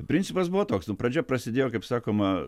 principas buvo toks nu pradžia prasidėjo kaip sakoma